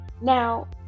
Now